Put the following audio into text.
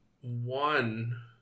one